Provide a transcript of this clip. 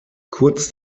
kurz